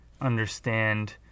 understand